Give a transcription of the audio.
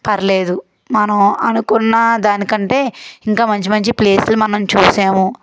పర్లేదు మనము అనుకున్న దానికంటే ఇంకా మంచి మంచి ప్లేస్లు మనం చూశాము